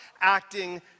acting